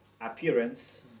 appearance